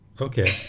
Okay